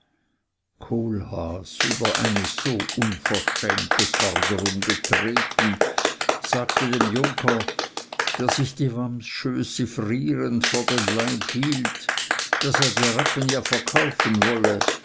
kohlhaas über eine so unverschämte forderung betreten sagte dem junker der sich die wamsschöße frierend vor den leib hielt daß er die rappen ja verkaufen wolle